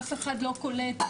אף אחד לא קולט,